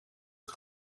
het